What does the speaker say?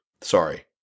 Sorry